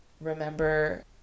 remember